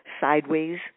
sideways